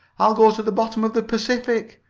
i'll go to the bottom of the pacific!